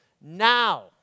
now